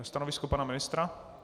Stanovisko pana ministra?